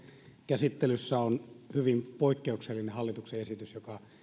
käsittelyssä on hyvin poikkeuksellinen hallituksen esitys joka